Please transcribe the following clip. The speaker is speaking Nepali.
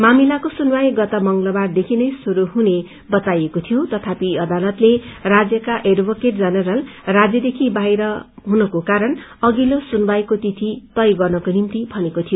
मामिलाको सुनवाई गत मंगलबारदेखि नै श्रुरू हुने बताइएको थियो तथापि अदालतले राज्यका एडवोकेट जनरल राज्यदेखि बाहिर हुनुको कारण अधिको सुनवाईको तिथि तय गर्नको निम्ति मनेको थियो